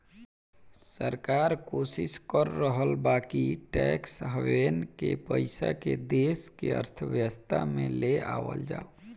सरकार कोशिस कर रहल बा कि टैक्स हैवेन के पइसा के देश के अर्थव्यवस्था में ले आवल जाव